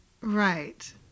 right